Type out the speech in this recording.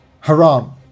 Haram